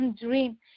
dream